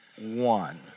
one